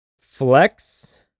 Flex